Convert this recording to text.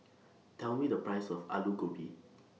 Tell Me The Price of Alu Gobi